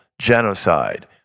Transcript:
genocide